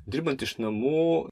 dirbant iš namų